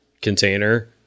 container